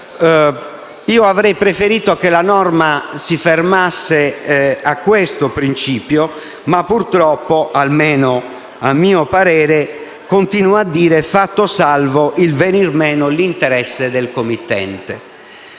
Io avrei preferito che la norma si fermasse a questo principio ma purtroppo - almeno a mio parere - continua ad affermare: «fatto salvo il venir meno dell'interesse del committente».